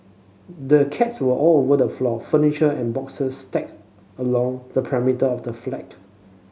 the cats were all over the floor furniture and boxes stacked along the perimeter of the flat